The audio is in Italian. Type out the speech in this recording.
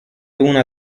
una